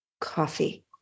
coffee